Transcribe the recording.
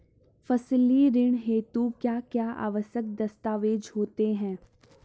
फसली ऋण हेतु क्या क्या आवश्यक दस्तावेज़ होते हैं?